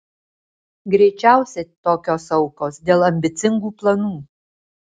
greičiausiai tokios aukos dėl ambicingų planų